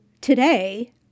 today